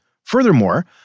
Furthermore